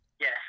Yes